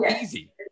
Easy